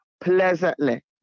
pleasantly